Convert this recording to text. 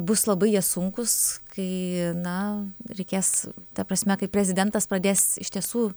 bus labai jie sunkūs kai na reikės ta prasme kai prezidentas pradės iš tiesų